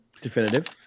Definitive